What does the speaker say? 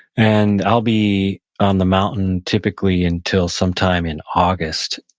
and i'll be on the mountain typically until sometime in august.